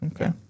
Okay